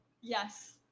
yes